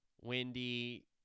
Windy